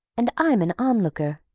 and i'm an on-looker.